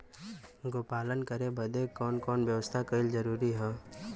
गोपालन करे बदे कवन कवन व्यवस्था कइल जरूरी ह?